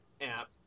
app